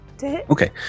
Okay